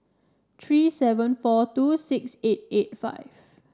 three seven four two six eight eight five